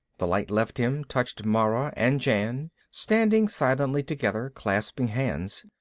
the light left him, touching mara and jan, standing silently together, clasping hands.